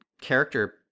character